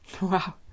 Wow